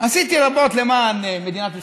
עשיתי רבות למען מדינת ישראל,